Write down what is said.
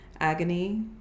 agony